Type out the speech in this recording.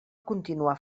continuar